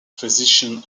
physician